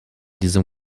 diesem